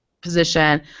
position